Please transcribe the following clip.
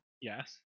Yes